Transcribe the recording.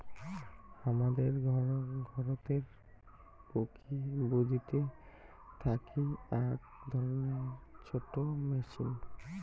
হামাদের ঘরতের বুথিতে থাকি আক ধরণের ছোট মেচিন